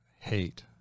hate